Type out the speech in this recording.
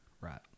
right